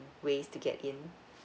ways to get in